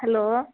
hello